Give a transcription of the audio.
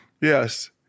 Yes